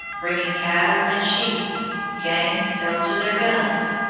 bringing cattle and sheep game fell to their guns,